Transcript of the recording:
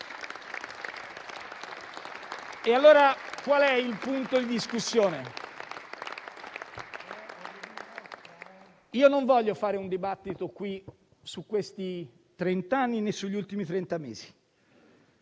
E allora qual è il punto in discussione? Io non voglio fare un dibattito su questi trenta anni, né sugli ultimi trenta mesi.